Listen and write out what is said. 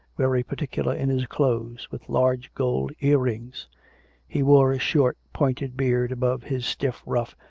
very particular in his clothes, with large gold ear-rings he wore a short, pointed beard above his stiff ruff,